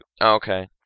Okay